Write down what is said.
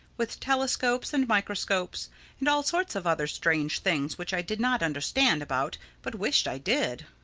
with telescopes and microscopes and all sorts of other strange things which i did not understand about but wished i did.